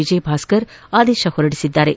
ವಿಜಯ್ ಭಾಸ್ಕರ್ ಆದೇಶ ಹೊರಡಿಸಿದ್ದಾರೆ